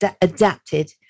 adapted